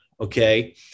Okay